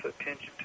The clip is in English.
attention